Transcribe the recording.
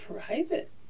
private